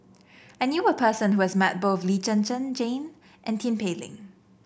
I knew a person who has met both Lee Zhen Zhen Jane and Tin Pei Ling